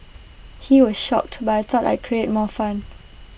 he was shocked but I thought I created more fun